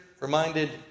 reminded